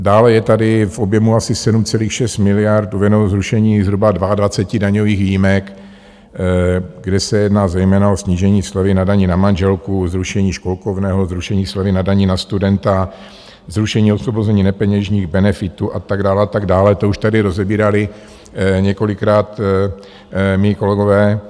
Dále je tady v objemu asi 7,6 miliard uvedeno zrušení zhruba 22 daňových výjimek, kde se jedná zejména o snížení slevy na dani na manželku, zrušení školkovného, zrušení slevy na dani na studenta, zrušení osvobození nepeněžních benefitů a tak dále, a tak dále, to už tady rozebírali několikrát mí kolegové.